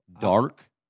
dark